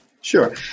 Sure